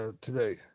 today